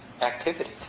activity